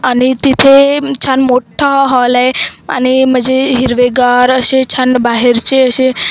आणि तिथे छान मोठा हॉल आहे आणि म्हणजे हिरवेगार असे छान बाहेरचे असे